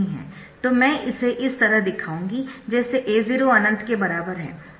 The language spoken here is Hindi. तो मैं इसे इस तरह दिखाऊंगी जैसे A0 अनंत के बराबर है